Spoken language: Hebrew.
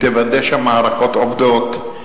תוודא שהמערכות עובדות,